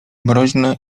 mroźna